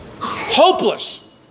hopeless